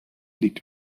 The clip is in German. liegt